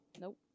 Nope